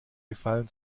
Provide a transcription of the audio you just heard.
gefallen